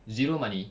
zero money